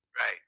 Right